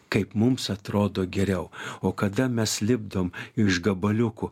kaip mums atrodo geriau o kada mes lipdom iš gabaliukų